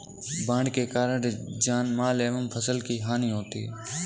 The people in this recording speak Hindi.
बाढ़ के कारण जानमाल एवं फसल की हानि होती है